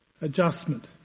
adjustment